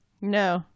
No